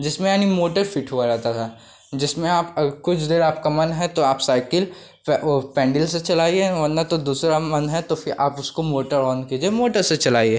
जिसमें यानी motor fit हुआ रहता था जिसमें आप अगर कुछ देर आपका मन है तो आप साइकिल वह पैन्डिल से चलाइए वरना तो दूसरा मन है तो फिर आप उसको मोटर ऑन कीजिए मोटर से चलाइए